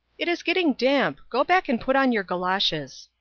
it is getting damp. go back and put on your goloshes.